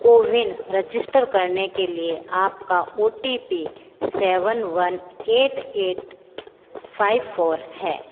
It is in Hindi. कोविन रजिस्टर करने के लिए आपका O T P seven one eight eight five four है